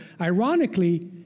Ironically